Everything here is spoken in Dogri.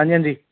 हंजी हंजी